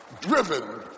driven